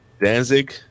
Danzig